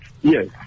Yes